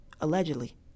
Allegedly